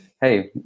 hey